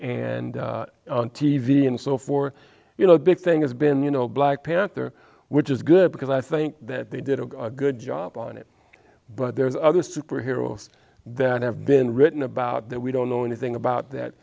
v and so forth you know the thing has been you know black panther which is good because i think that they did a good job on it but there's other superhero that have been written about that we don't know anything about that